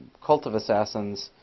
cult of assassins